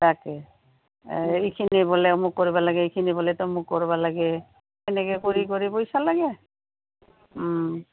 তাকে এইখিনি বোলে অমুক কৰিব লাগে এইখিনি বোলে তমুক কৰবা লাগে এনেকে কৰি কৰি পইচা লাগে